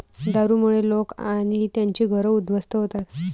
दारूमुळे लोक आणि त्यांची घरं उद्ध्वस्त होतात